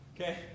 okay